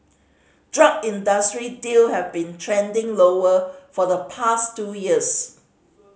drug industry deal have been trending lower for the past two years